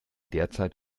derzeit